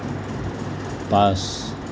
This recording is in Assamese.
পাঁচ